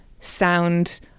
sound